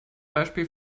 beispiel